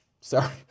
Sorry